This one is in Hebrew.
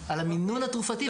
על המינון התרופתי,